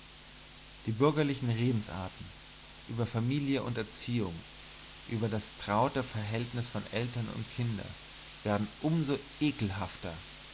die bürgerlichen redensarten über familie und erziehung über das traute verhältnis von eltern und kindern werden um so ekelhafter